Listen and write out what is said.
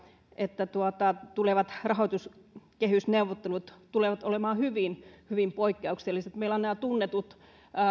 että tulevat rahoituskehysneuvottelut tulevat olemaan hyvin hyvin poikkeukselliset meillä on nämä tunnetut